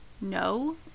No